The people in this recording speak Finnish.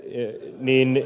ei niin